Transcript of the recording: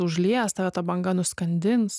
užlies tave ta banga nuskandins